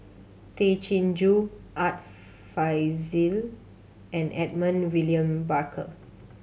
Tay Chin Joo Art Fazil and Edmund William Barker